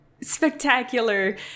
spectacular